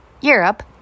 Europe